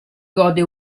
gode